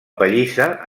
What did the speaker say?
pallissa